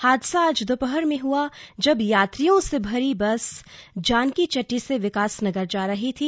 हादसा आज दोपहर में हुआ जब यात्रियों से भरी निजी बस जानकीचट्टी से विकासनगर जा रही थी